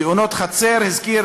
בתאונות חצר, הזכיר